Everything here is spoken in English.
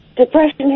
Depression